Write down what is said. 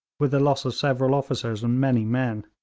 with the loss of several officers and many men.